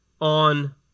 on